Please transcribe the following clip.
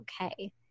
okay